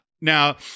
Now